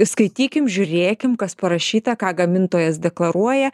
skaitykim žiūrėkim kas parašyta ką gamintojas deklaruoja